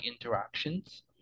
interactions